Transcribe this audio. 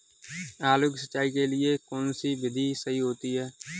आलू की सिंचाई के लिए कौन सी विधि सही होती है?